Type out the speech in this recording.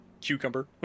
cucumber